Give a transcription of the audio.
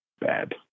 bad